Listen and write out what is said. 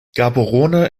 gaborone